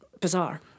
bizarre